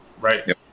right